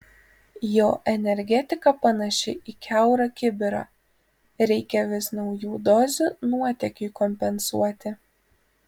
jo energetika panaši į kiaurą kibirą reikia vis naujų dozių nuotėkiui kompensuoti